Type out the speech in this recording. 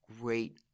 great